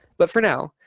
but for now,